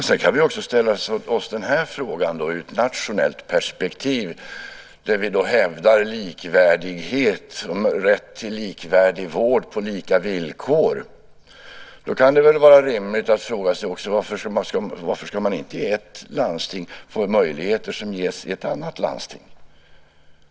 Fru talman! Vi kan också ställa oss frågan i ett nationellt perspektiv där vi hävdar likvärdighet och rätt till likvärdig vård på lika villkor. Det kan väl vara rimligt att också fråga sig varför man inte i ett landsting ska få samma möjligheter som ges i ett annat landsting.